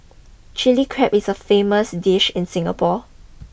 Chilli Crab is a famous dish in Singapore